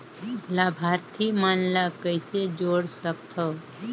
लाभार्थी मन ल कइसे जोड़ सकथव?